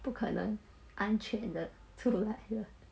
不可能安全地出来了